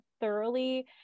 thoroughly